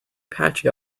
patchy